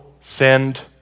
send